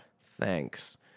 Thanks